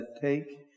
take